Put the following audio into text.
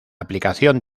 aplicación